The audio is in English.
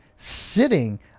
sitting